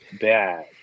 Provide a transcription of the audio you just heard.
bad